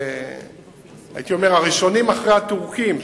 הייתי אומר הראשונים אחרי הטורקים,